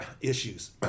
issues